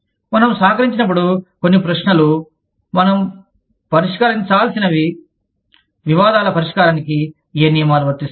మనము సహకరించినప్పుడు కొన్ని ప్రశ్నలు మనం పరిష్కరించాల్సినవి వివాదాల పరిష్కారానికి ఏ నియమాలు వర్తిస్తాయి